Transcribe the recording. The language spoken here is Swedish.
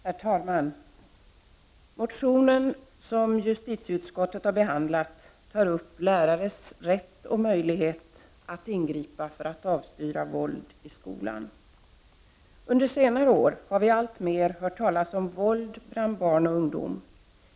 Herr talman! Den motion som justitieutskottet har behandlat tar upp lärares rätt och möjlighet att ingripa för att avstyra våld i skolan. Under senare år har vi alltmer hört talas om våld bland barn och ungdom.